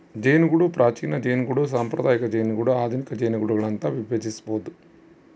ಜೇನುಗೂಡು ಪ್ರಾಚೀನ ಜೇನುಗೂಡು ಸಾಂಪ್ರದಾಯಿಕ ಜೇನುಗೂಡು ಆಧುನಿಕ ಜೇನುಗೂಡುಗಳು ಅಂತ ವಿಭಜಿಸ್ಬೋದು